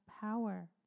power